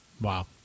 Wow